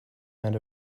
met